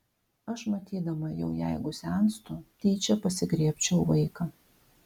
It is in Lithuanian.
aš matydama jau jeigu senstu tyčia pasigriebčiau vaiką